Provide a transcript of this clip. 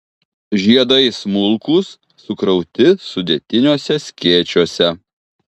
žiedai smulkūs sukrauti sudėtiniuose skėčiuose